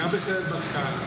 גם בסיירת מטכ"ל,